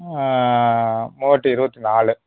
மூவாயிரத்தி இருபத்தி நாலு